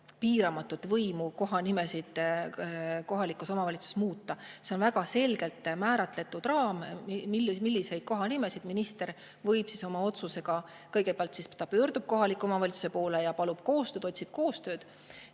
piiramatut võimu kohanimesid kohalikus omavalitsuses muuta. See on väga selgelt määratletud raam, milliseid kohanimesid minister võib oma otsusega muuta. Kõigepealt ta pöördub kohaliku omavalitsuse poole ja palub koostööd, otsib koostööd.